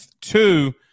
two